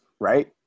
right